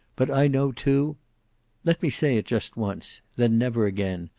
but i know, too let me say it just once. then never again.